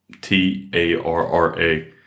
T-A-R-R-A